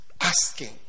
Asking